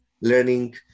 learning